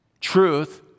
Truth